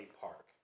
Park